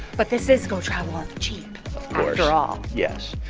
but this is gonna travel off the cheap of course after all. yes,